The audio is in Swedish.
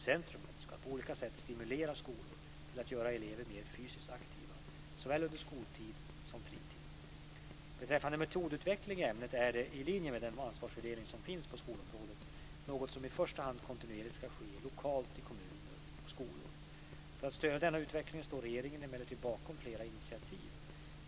Centrumet ska på olika sätt stimulera skolor till att göra elever mer fysiskt aktiva, såväl under skoltid som fritid. Beträffande metodutveckling i ämnet är det, i linje med den ansvarsfördelning som finns på skolområdet, något som i första hand kontinuerligt ska ske lokalt i kommuner och skolor. För att stödja denna utveckling står regeringen emellertid bakom flera initiativ.